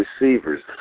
receivers